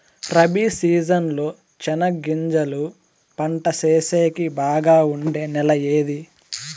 Rabi season లో చెనగగింజలు పంట సేసేకి బాగా ఉండే నెల ఏది?